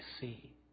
see